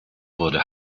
wurde